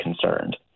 concerned